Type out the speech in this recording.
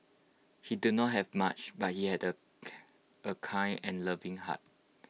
he did not have much but he had A kind and loving heart